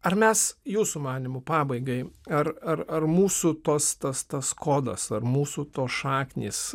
ar mes jūsų manymu pabaigai ar ar ar mūsų tos tas tas kodas ar mūsų tos šaknys